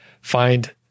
find